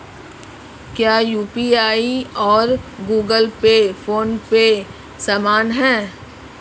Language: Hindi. क्या यू.पी.आई और गूगल पे फोन पे समान हैं?